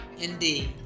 Indeed